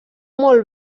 molt